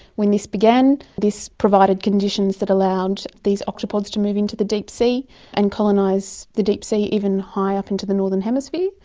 when this began this provided conditions that allowed these octopods to move into the deep sea and colonise the deep sea even high up into the northern hemisphere.